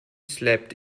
slept